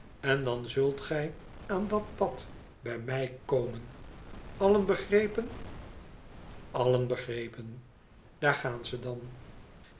en dan zult gij aan dat pad bij mij komen allen begrepen allen begrepen daar gaat ze dan